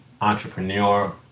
entrepreneur